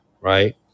right